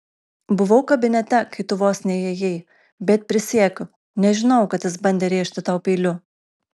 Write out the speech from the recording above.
buvau kabinete kai tu vos neįėjai bet prisiekiu nežinojau kad jis bandė rėžti tau peiliu